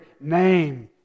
name